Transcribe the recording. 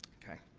okay.